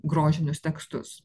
grožinius tekstus